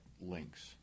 links